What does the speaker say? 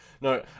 No